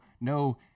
no